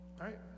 right